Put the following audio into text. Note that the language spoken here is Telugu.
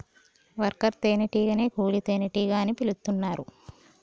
వర్కర్ తేనే టీగనే కూలీ తేనెటీగ అని పిలుతున్నరు